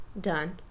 done